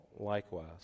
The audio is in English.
Likewise